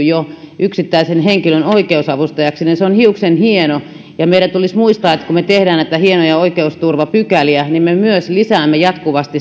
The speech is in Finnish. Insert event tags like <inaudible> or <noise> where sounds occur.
<unintelligible> jo yksittäisen henkilön oikeusavustajaksi on hiuksenhieno meidän tulisi muistaa että kun me teemme näitä hienoja oikeusturvapykäliä niin me myös lisäämme jatkuvasti